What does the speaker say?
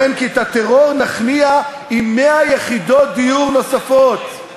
אז שאף אחד לא יחשוב לשנייה שאנחנו מדברים על סיטואציה שבה יש רק,